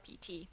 PT